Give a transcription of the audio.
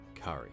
Curry